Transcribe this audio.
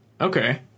okay